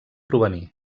provenir